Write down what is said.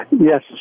Yes